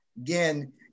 Again